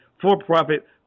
for-profit